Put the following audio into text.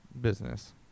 business